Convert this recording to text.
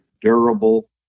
durable